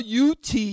UT